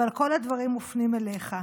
אבל כל הדברים מופנים אליך.